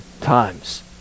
times